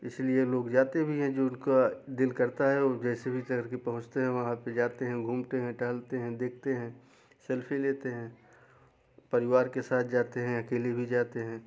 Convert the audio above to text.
इसलिए लोग जाते भी हैं जिनका दिल करता हैं वो जैसे भी करके पहुँचते हैं वहाँ पे जाते हैं घूमते हैं टहलते हैं देखते हैं सेल्फ़ी लेते हैं परिवार के साथ जाते हैं अकेले भी जाते हैं